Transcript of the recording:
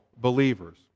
believers